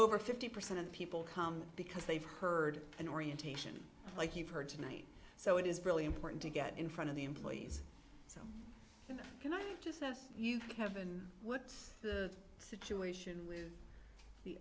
over fifty percent of people come because they've heard an orientation like you've heard tonight so it is really important to get in front of the employees and just as you have been what's the situation with the